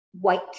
white